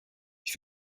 ich